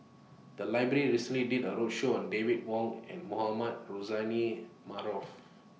The Library recently did A roadshow on David Wong and Mohamed Rozani Maarof